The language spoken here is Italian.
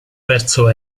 verso